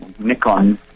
Nikon